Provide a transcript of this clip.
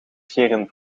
scheren